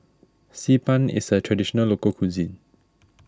Xi Ban is a Traditional Local Cuisine